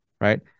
right